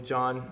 John